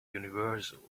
universal